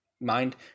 mind